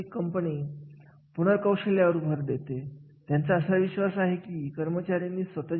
तर म्हणून एखादं कार्य कसा पूर्ण करावा त्या कार्यासाठी कोणती माहिती गरजेचे आहे हे कोणत्या अडचणी सोडवता येतील